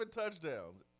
touchdowns